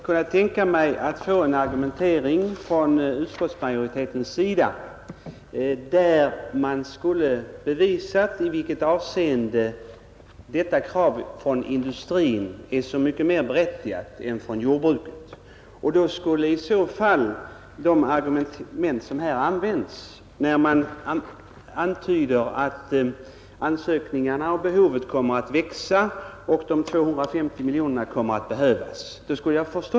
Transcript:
Herr talman! Jag hade motsett en argumentering från utskottsmajoritetens sida som innebar att man bevisade i vilket avseende kravet från industrin i detta fall är så mycket mer berättigat än kravet från jordbruket. Det argumentet skulle i så fall ha använts här, när det antyds att ansökningarna kommer att öka och behoven kommer att växa och att de 250 miljonerna därför kommer att behövas.